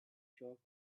chalk